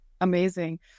amazing